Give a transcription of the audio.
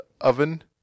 oven